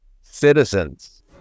citizens